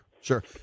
sure